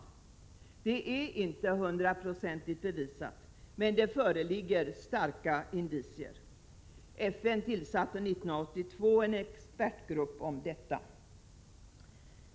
Att sådana förekommer är inte hundraprocentigt bevisat, men det föreligger starka indicier. FN tillsatte 1982 en expertgrupp i frågan.